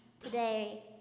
today